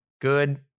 good